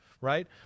Right